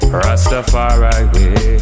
rastafari